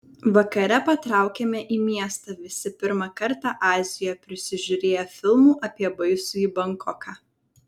vakare patraukėme į miestą visi pirmą kartą azijoje prisižiūrėję filmų apie baisųjį bankoką